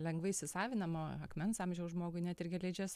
lengvai įsisavinama akmens amžiaus žmogui net ir geležies